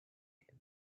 him